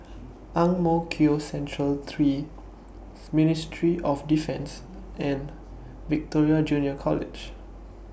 Ang Mo Kio Central three Ministry of Defence and Victoria Junior College